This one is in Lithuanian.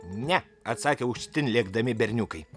ne atsakė aukštyn lėkdami berniukai